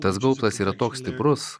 tas gaubtas yra toks stiprus